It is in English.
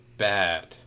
bad